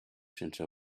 sense